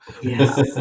Yes